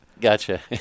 gotcha